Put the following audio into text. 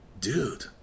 dude